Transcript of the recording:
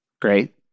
Great